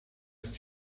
ist